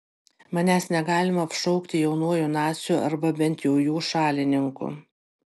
manęs negalima apšaukti jaunuoju naciu arba bent jau jų šalininku